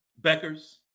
Beckers